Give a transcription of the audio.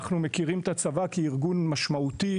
אנחנו מכירים את הצבא כארגון משמעותי,